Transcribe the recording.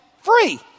free